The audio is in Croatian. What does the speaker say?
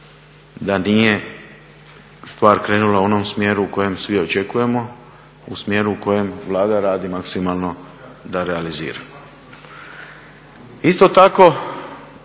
da nije stvar krenula u onom smjeru u kojem svi očekujemo, u smjeru u kojem Vlada radi maksimalno da realizira. Isto tako